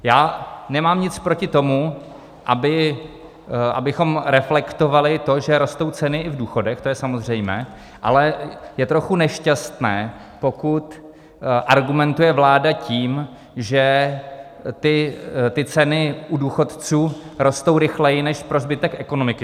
Já nemám nic proti tomu, abychom reflektovali to, že rostou ceny i v důchodech, to je samozřejmé, ale je trochu nešťastné, pokud argumentuje vláda tím, že ty ceny u důchodců rostou rychleji než pro zbytek ekonomiky.